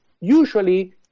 usually